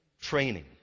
Training